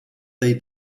they